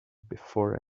before